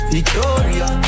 Victoria